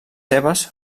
seves